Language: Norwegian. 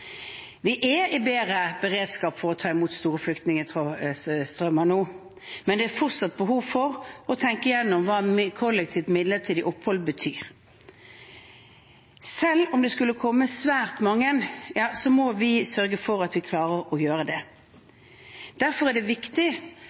bedre beredskap for å ta imot store flyktningstrømmer nå, men det er fortsatt behov for å tenke igjennom hva «kollektivt midlertidig opphold» betyr. Selv om det skulle komme svært mange, må vi sørge for at vi klarer å gjøre det. Derfor er det viktig